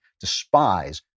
despise